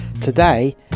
Today